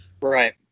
Right